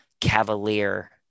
cavalier